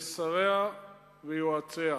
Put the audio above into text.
לשריה ויועציה,